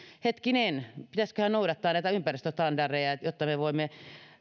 hetkinen pitäisiköhän noudattaa näitä ympäristöstandardeja jotta me voimme